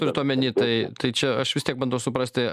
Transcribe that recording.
turit omeny tai tai čia aš vis tiek bandau suprasti